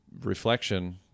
reflection